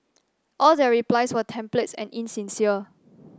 all their replies were templates and insincere